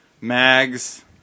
Mags